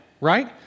right